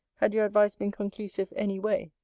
had your advice been conclusive any way.